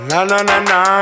Na-na-na-na